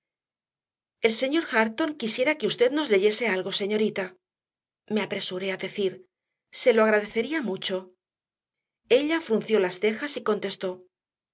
el señor hareton quisiera que usted nos leyese algo señorita me apresuré a decir se lo agradecería mucho ella frunció las cejas y contestó